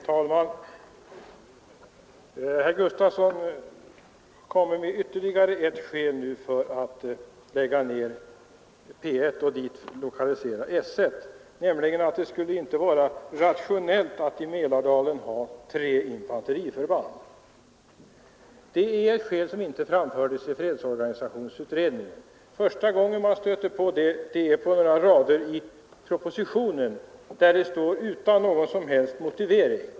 Herr talman! Herr Gustafsson i Uddevalla anför nu ytterligare ett skäl för att lägga ned P 1 och lokalisera S 1 dit, nämligen att det inte skulle vara rationellt att i Mälardalen ha tre infanteriförband. Det skälet framfördes inte i fredsorganisationsutredningen. Första gången man stöter på det är på några rader i propositionen, där det anförs utan någon som helst motivering.